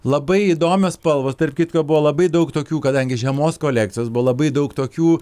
labai įdomios spalvos tarp kitko buvo labai daug tokių kadangi žiemos kolekcijos buvo labai daug tokių